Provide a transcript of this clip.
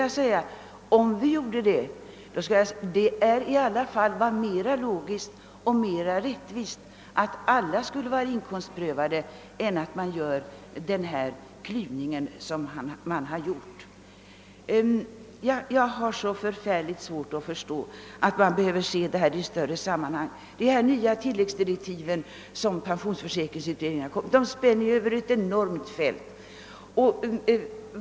Jag skulle emellertid vilja säga att om vi framställde en sådan begäran var det mera logiskt och mera rättvist att alla änkepensioner skulle vara underkastade inkomstprövning än att man gjorde en uppdelning på sätt som skedde. Jag har utomordentligt svårt att förstå att man behöver se detta problem i ett större sammanhang. De tilläggsdirektiv som pensionsförsäkringskommitten har fått spänner ju över ett enormt fält.